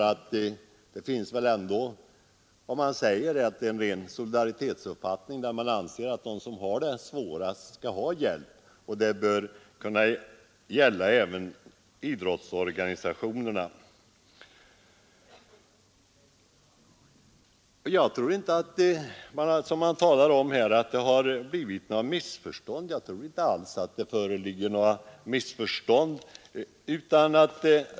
Om man anser att det är en fråga om ren solidaritet att alla som har det svårt skall ha hjälp, så bör det gälla även idrottsorganisationerna. Man talar här om att det har uppstått missförstånd. Jag tror inte alls att det föreligger några missförstånd.